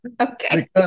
Okay